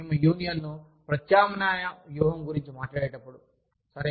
మేము యూనియన్ ప్రత్యామ్నాయ వ్యూహం గురించి మాట్లాడేటప్పుడు సరే